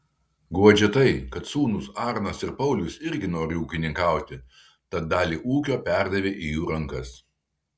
guodžia tai kad sūnūs arnas ir paulius irgi nori ūkininkauti tad dalį ūkio perdavė į jų rankas